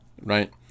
right